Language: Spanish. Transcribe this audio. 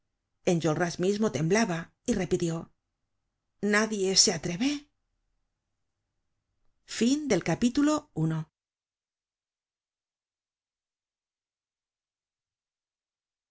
enjolras mismo temblaba y repitió nadie se atreve